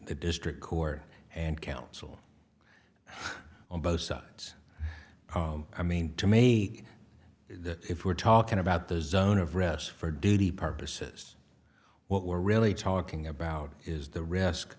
the district court and counsel on both sides i mean to me that if we're talking about the zone of rest for duty purposes what we're really talking about is the risk